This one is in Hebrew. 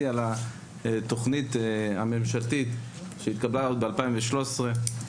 על התוכנית הממשלתית שהתקבלה עוד ב-2013.